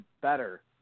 better